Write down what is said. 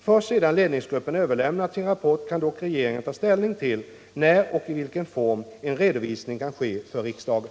Först sedan ledningsgruppen överlämnat sin rapport kan dock regeringen ta ställning till när och i vilken form en redovisning kan ske för riksdagen.